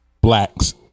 blacks